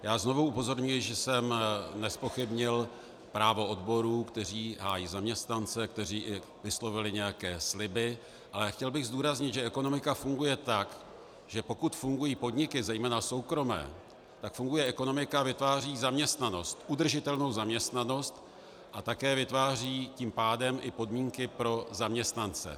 Já znovu upozorňuji, že jsem nezpochybnil právo odborů, které hájí zaměstnance, které i vyslovily nějaké sliby, ale chtěl bych zdůraznit, že ekonomika funguje tak, že pokud fungují podniky, zejména soukromé, tak funguje ekonomika a vytváří zaměstnanost, udržitelnou zaměstnanost, a také vytváří tím pádem i podmínky pro zaměstnance.